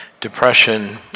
depression